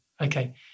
Okay